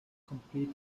complete